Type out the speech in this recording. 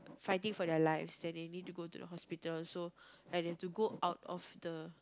fighting for their lives then they need to go to the hospital so like they have to go out of the